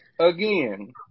Again